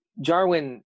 Jarwin